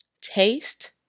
taste